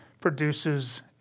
produces